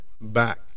back